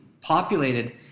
populated